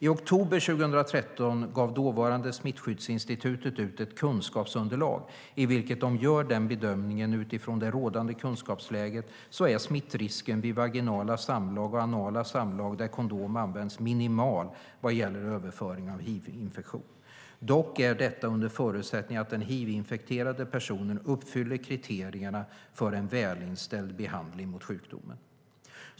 I oktober 2013 gav dåvarande Smittskyddsinstitutet ut ett kunskapsunderlag i vilket man gjorde den bedömningen att utifrån det rådande kunskapsläget är smittrisken vid vaginala samlag och anala samlag där kondom används minimal vad gäller överföring av hivinfektion. Dock är detta under förutsättningen att den hivinfekterade personen uppfyller kriterierna för en välinställd behandling mot sjukdomen.